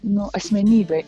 nu asmenybė